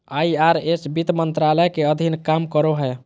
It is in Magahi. आई.आर.एस वित्त मंत्रालय के अधीन काम करो हय